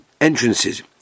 entrances